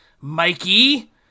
Mikey